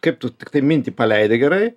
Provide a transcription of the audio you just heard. kaip tu tiktai mintį paleidi gerai